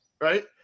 right